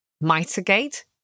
mitigate